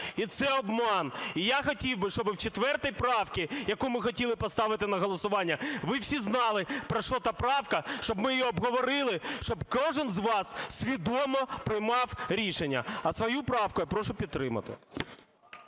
і це обман. І я хотів би, щоби в 4 правці, яку ми хотіли поставити на голосування, ви всі знали про що та правка, щоб ми її обговорили, щоб кожен з вас свідомо приймав рішення. А свою правку я прошу підтримати.